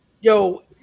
yo